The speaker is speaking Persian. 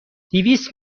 دویست